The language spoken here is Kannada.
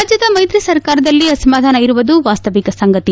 ರಾಜ್ಯದ ಮೈತ್ರಿ ಸರ್ಕಾರದಲ್ಲಿ ಅಸಮಾಧಾನ ಇರುವುದು ವಾಸ್ತವಿಕ ಸಂಗತಿ